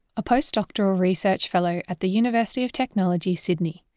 a postdoctoral research fellow at the university of technology sydney.